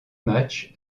matchs